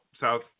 South